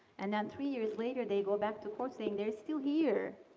and then three years later, they go back to court saying they're still here.